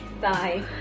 bye